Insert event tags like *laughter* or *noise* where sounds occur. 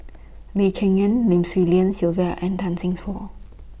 Lee Cheng Yan Lim Swee Lian Sylvia and Tan Seng *unintelligible*